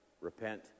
repent